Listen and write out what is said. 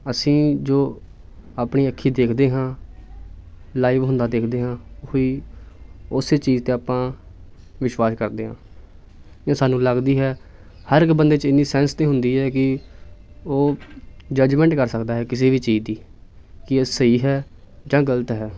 ਅਸੀਂ ਜੋ ਆਪਣੇ ਅੱਖੀਂ ਦੇਖਦੇ ਹਾਂ ਲਾਈਵ ਹੁੰਦਾ ਦੇਖਦੇ ਹਾਂ ਉਹੀ ਉਸ ਚੀਜ਼ 'ਤੇ ਆਪਾਂ ਵਿਸ਼ਵਾਸ ਕਰਦੇ ਹਾਂ ਜਾਂ ਸਾਨੂੰ ਲੱਗਦੀ ਹੈ ਹਰ ਇੱਕ ਬੰਦੇ 'ਚ ਇੰਨੀ ਸੈਂਸ ਤਾਂ ਹੁੰਦੀ ਹੈ ਕਿ ਉਹ ਜੱਜਮੈਂਟ ਕਰ ਸਕਦਾ ਹੈ ਕਿਸੇ ਵੀ ਚੀਜ਼ ਦੀ ਕਿ ਉਹ ਸਹੀ ਹੈ ਜਾਂ ਗਲਤ ਹੈ